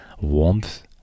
warmth